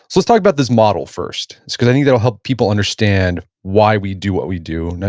let's talk about this model first, because i think it'll help people understand why we do what we do.